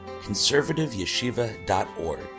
conservativeyeshiva.org